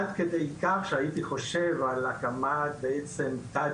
עד כדי כך שהייתי חושב על הקמת תת-תוכנית